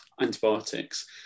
antibiotics